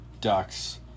ducks